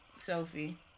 Sophie